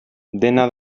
dena